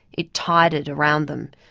it tided around them,